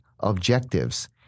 objectives